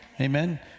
Amen